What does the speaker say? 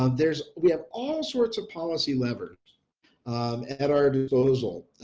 um there's, we have all sorts of policy levers at our disposal,